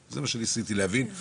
זה מה שניסיתי להבין,